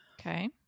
Okay